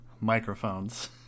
microphones